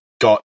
got